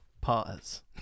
pause